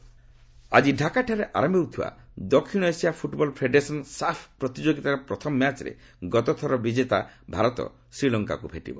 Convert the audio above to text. ସାଫ୍ cup ଆଜି ଡାକାଠାରେ ଆରମ୍ଭ ହେଉଥିବା ଦକ୍ଷିଣ ଏସୀଆ ଫ୍ରଟବଲ ଫେଡେରେସନ୍ ସାଫ୍ ପ୍ରତିଯୋଗିତାର ପ୍ରଥମ ମ୍ୟାଚ୍ରେ ଗତଥରର ବିଜେତା ଭାରତ ଶ୍ରୀଲଙ୍କାକୁ ଭେଟିବ